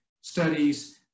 studies